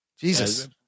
Jesus